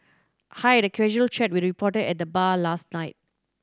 I had a casual chat with a reporter at the bar last night